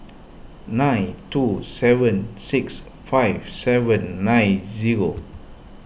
nine two seven six five seven nine zero